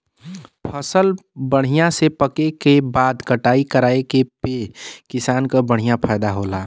फसल बढ़िया से पके क बाद कटाई कराये पे किसान क बढ़िया फयदा होला